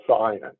science